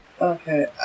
Okay